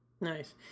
Nice